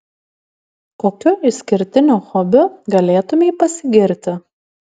kokiu išskirtiniu hobiu galėtumei pasigirti